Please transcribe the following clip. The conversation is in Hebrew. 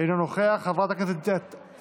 אינו נוכח, חברת הכנסת דיסטל,